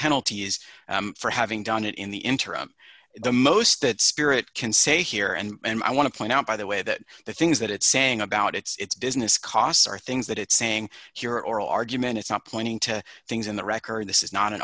penalties for having done it in the interim the most that spirit can say here and i want to point out by the way that the things that it's saying about its business costs are things that it's saying here oral argument it's not pointing to things in the record this is not an